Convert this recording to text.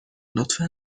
لطفا